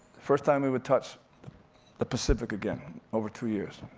first time we would touch the pacific again, over two years.